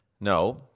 No